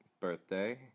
birthday